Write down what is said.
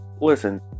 listen